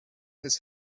his